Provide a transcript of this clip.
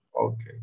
Okay